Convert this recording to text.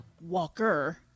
Walker